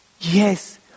Yes